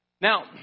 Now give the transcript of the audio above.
Now